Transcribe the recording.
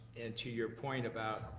to your point about,